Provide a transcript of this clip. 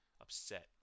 upset